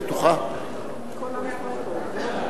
הרווחה והבריאות נתקבלה.